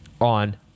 on